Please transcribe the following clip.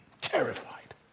Terrified